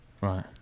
Right